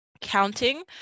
counting